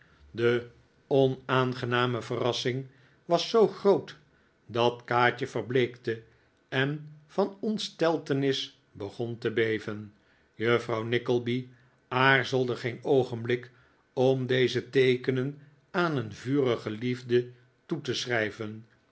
de onaangename verrassing was zoo groot dat kaatje verbleekte en van ontsteltenis begon te beven juffrouw nickleby aarzelde geen oogenblik om deze teekenen aan een vurige liefde toe te schrijven